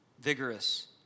vigorous